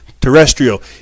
terrestrial